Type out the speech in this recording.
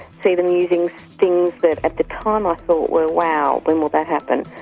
see them using things that at the time i thought were wow when will that happen?